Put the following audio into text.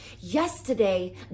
yesterday